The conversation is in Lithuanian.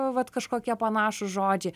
vat kažkokie panašūs žodžiai